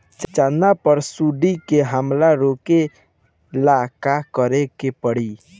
चना पर सुंडी के हमला रोके ला का करे के परी?